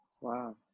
wow